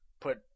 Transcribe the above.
put